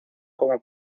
como